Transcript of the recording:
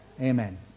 amen